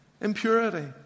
impurity